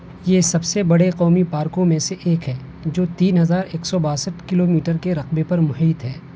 یہ سب سے بڑے قومی پارکوں میں سے ایک ہے جو تین ہزار ایک سو باسٹھ کلو میٹر کے رقبے پر محیط ہے